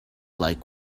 like